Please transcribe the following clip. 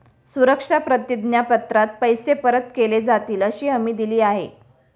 सुरक्षा प्रतिज्ञा पत्रात पैसे परत केले जातीलअशी हमी दिली आहे